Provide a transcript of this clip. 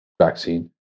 vaccine